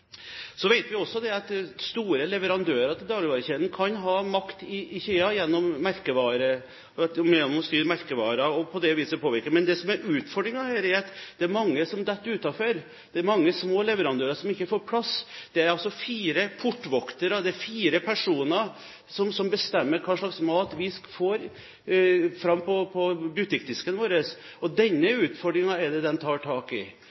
også at store leverandører til dagligvarekjeden kan ha makt i kjeden gjennom å styre merkevarer – og på det viset påvirke. Det som er utfordringen her, er at det er mange små leverandører som faller utenfor, som ikke får plass. Det er altså fire portvoktere, fire personer, som bestemmer hva slags mat vi får på butikkdisken vår. Denne utfordringen er det utvalget tar tak i.